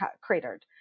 cratered